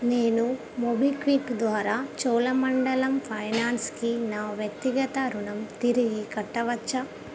నేను మోబిక్విక్ ద్వారా చోళమండలం ఫైనాన్స్కి నా వ్యక్తిగత రుణం తిరిగి కట్టవచ్చా